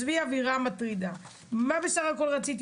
אני לא מדברת כרגע על אווירה מטרידה אני רוצה לדעת